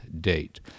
date